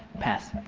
pass.